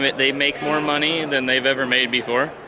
they make more money and than they've ever made before.